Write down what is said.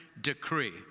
decree